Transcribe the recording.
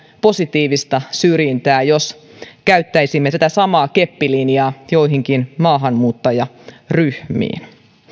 positiivista syrjintää jos käyttäisimme tätä samaa keppilinjaa joihinkin maahanmuuttajaryhmiin